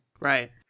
Right